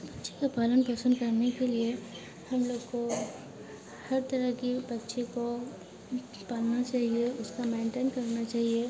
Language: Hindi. पक्षी का पालन पोषन करने के लिए हम लोग को हर तरह के पक्षी को पालना चाहिए उसका मेन्टेन करना चाहिए